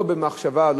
לא במחשבה,